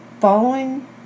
following